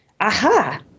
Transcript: aha